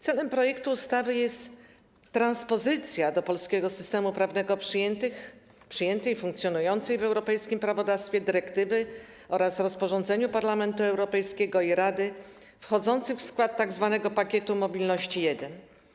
Celem projektu ustawy jest transpozycja do polskiego systemu prawnego przyjętej, funkcjonującej w europejskim prawodawstwie dyrektywy oraz rozporządzenia Parlamentu Europejskiego i Rady, wchodzących w skład tzw. Pakietu Mobilności I.